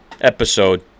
episode